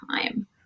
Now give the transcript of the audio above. time